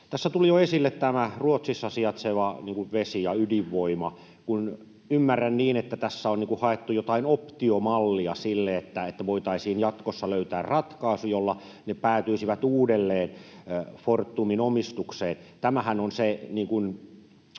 Tässä tuli jo esille tämä Ruotsissa sijaitseva vesi- ja ydinvoima, ja ymmärrän niin, että tässä on haettu jotain optiomallia sille, että voitaisiin jatkossa löytää ratkaisu, jolla ne päätyisivät uudelleen Fortumin omistukseen. Tämähän on se